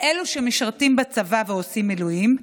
אלו שמשרתים בצבא ועושים מילואים,